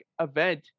event